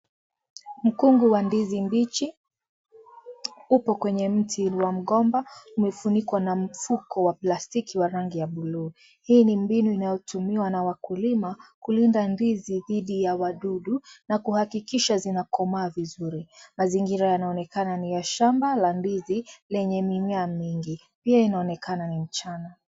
Mkungu wa ndizi mbichi, upo kwenye mti wa mgomba, umefunikwa na mfuko wa plastiki wa rangi ya buluu, hii ni mbinu inayotumika na wakulima, kulinda ndizi, dithi ya wadudu, na kuhakikisha zinakomaa vizuri, mazingira yanaonekana ni ya shamba la ndizi, lenye mimea mingi, pia inaonekana ni mchana.